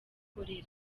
ikorera